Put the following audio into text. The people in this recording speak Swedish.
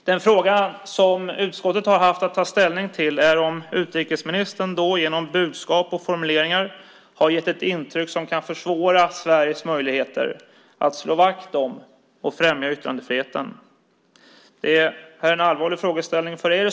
Den fråga som utskottet har haft att ta ställning till är om utrikesministern genom budskap och formuleringar har gett ett intryck som kan försvåra Sveriges möjligheter att slå vakt om och främja yttrandefriheten. Detta är en allvarlig frågeställning.